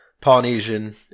Polynesian